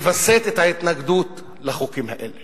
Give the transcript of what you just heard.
לווסת את ההתנגדות לחוקים האלה.